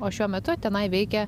o šiuo metu tenai veikia